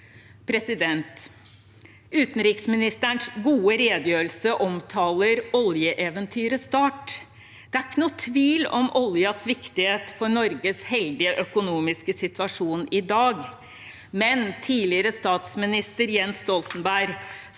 noe vi får. Utenriksministerens gode redegjørelse omtaler oljeeventyrets start. Det er ingen tvil om oljens viktighet for Norges heldige økonomiske situasjon i dag, men tidligere statsminister Jens Stoltenberg sa